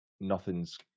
nothing's